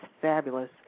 fabulous